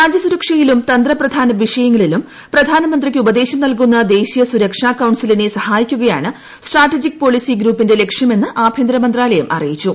രാജ്യ സുരക്ഷയിലും തന്ത്രപ്രധാന വിഷയങ്ങളിലും പ്രധാനമന്ത്രിക്ക് ഉപദേശം നൽകുന്ന ദേശീയ സുരക്ഷാ കൌൺസിലിന് സഹായിക്കുകയാണ് സ്ട്രാറ്റജിക് പോളിസി ഗ്രൂപ്പിന്റെ ലക്ഷ്യമെന്ന് ആഭ്യന്തര മന്ത്രാലയം അറിയിച്ചു